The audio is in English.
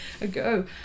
ago